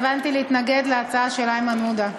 והבנתי, להתנגד להצעה של איימן עודה.